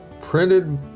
printed